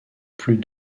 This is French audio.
plus